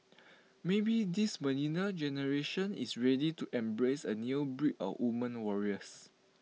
maybe this millennial generation is ready to embrace A new breed of woman warriors